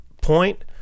point